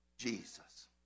jesus